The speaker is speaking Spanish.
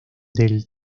del